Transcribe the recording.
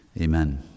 amen